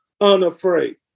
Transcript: unafraid